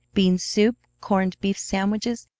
bean soup, corned-beef sandwiches,